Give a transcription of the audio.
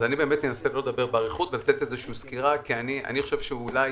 אז אני באמת אנסה לדבר באריכות ולתת איזו שהיא סקירה כי אני חושב שאולי